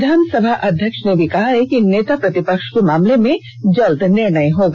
विधानसभा अध्यक्ष ने भी कहा है कि नेता प्रतिपक्ष के मामले में जल्द निर्णय होगा